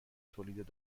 تولید